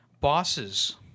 bosses